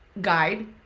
guide